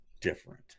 different